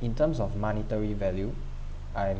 in terms of monetary value I'm